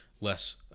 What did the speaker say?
less